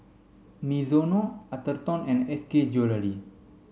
Mizuno Atherton and S K Jewellery